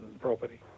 property